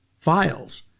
files